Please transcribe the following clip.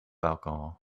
alcohol